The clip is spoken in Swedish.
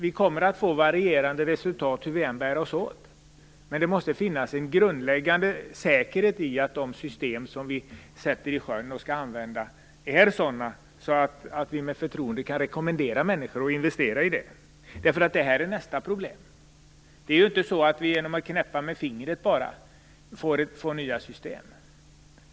Vi kommer att få varierande resultat hur vi än bär oss åt, men det måste finnas en grundläggande säkerhet i att de system som vi sjösätter och skall använda oss av är sådana att vi med förtroende kan rekommendera människor att investera i dem. Det är nästa problem. Det är ju inte så att vi får nya system bara genom att knäppa med fingret.